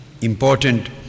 important